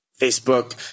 Facebook